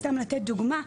סתם לתת דוגמה,